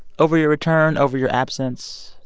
over your return, over your absence?